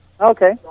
Okay